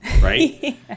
Right